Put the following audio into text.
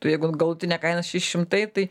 tai jeigu galutinė kaina šeši šimtai tai